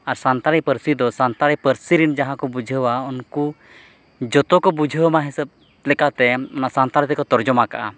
ᱟᱨ ᱥᱟᱱᱛᱟᱲᱤ ᱯᱟᱹᱨᱥᱤᱫᱚ ᱥᱟᱱᱛᱟᱹᱲᱤ ᱯᱟᱹᱨᱥᱤᱨᱮᱱ ᱡᱟᱦᱟᱸᱠᱚ ᱵᱩᱡᱷᱟᱹᱣᱟ ᱩᱱᱠᱚ ᱡᱚᱛᱚᱠᱚ ᱵᱩᱡᱷᱟᱹᱣ ᱢᱟ ᱦᱤᱥᱟᱹᱵᱽ ᱞᱮᱠᱟᱛᱮ ᱥᱟᱱᱛᱟᱲ ᱛᱮᱠᱚ ᱛᱚᱨᱡᱚᱢᱟ ᱠᱟᱜᱼᱟ